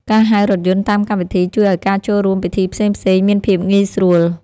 ការហៅរថយន្តតាមកម្មវិធី ជួយឱ្យការចូលរួមពិធីផ្សេងៗមានភាពងាយស្រួល។